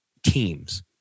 Teams